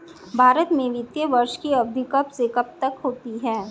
भारत में वित्तीय वर्ष की अवधि कब से कब तक होती है?